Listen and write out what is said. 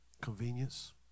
Convenience